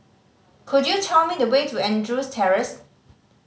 could you tell me the way to Andrews Terrace